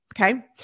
Okay